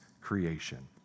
creation